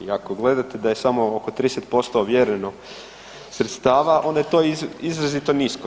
I ako gledate da je samo oko 30% ovjereno sredstava onda je to izrazito nisko.